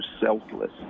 selfless